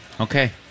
Okay